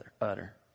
utter